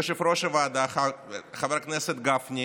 יושב-ראש הוועדה חבר הכנסת גפני